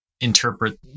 interpret